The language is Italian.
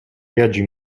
viaggio